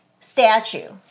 statue